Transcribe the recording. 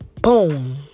Boom